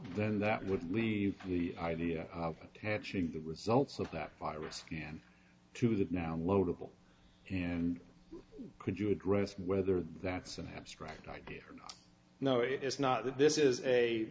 then that would leave the idea of attaching the results of that virus scan to that now loadable and could you address whether that's an abstract idea or not no it's not that this